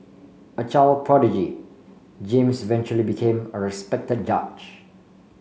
a child prodigy James eventually became a respected judge